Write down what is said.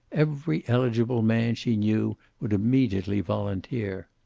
every eligible man she knew would immediately volunteer.